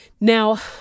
Now